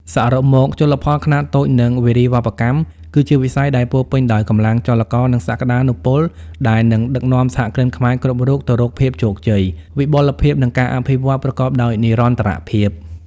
សរុបមក ជលផលខ្នាតតូច និងវារីវប្បកម្ម គឺជាវិស័យដែលពោពេញដោយកម្លាំងចលករ និងសក្ដានុពល ដែលនឹងដឹកនាំសហគ្រិនខ្មែរគ្រប់រូបទៅរកភាពជោគជ័យ វិបុលភាព និងការអភិវឌ្ឍប្រកបដោយនិរន្តរភាព។